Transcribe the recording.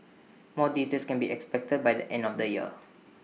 more details can be expected by the end of the year